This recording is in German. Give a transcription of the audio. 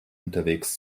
unterwegs